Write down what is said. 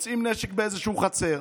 מוצאים נשק באיזושהי חצר,